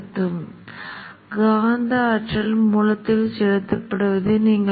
இப்போது edt க்கு வருகிறேன் அதை மூட அனுமதியுங்கள் இப்போது அது edt